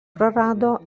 prarado